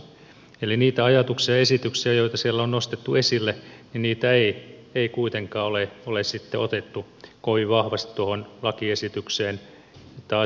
eli niitä ajatuksia ja esityksiä joita siellä on nostettu esille ei kuitenkaan ole sitten otettu kovin vahvasti tuohon lakiesitykseen tai